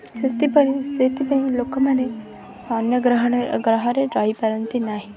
ସେଥିପାଇଁ ସେଥିପାଇଁ ଲୋକମାନେ ଅନ୍ୟ ଗ୍ରହରେ ରହିପାରନ୍ତି ନାହିଁ